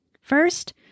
First